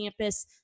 campus